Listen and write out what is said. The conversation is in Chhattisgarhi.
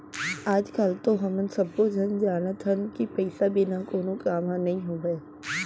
आज काल तो हमन सब्बो झन जानत हन कि पइसा बिना कोनो काम ह नइ होवय